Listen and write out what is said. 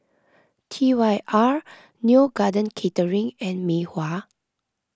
T Y R Neo Garden Catering and Mei Hua